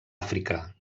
àfrica